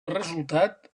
resultat